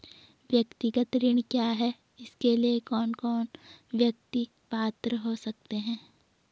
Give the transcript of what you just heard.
व्यक्तिगत ऋण क्या है इसके लिए कौन कौन व्यक्ति पात्र हो सकते हैं?